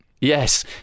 Yes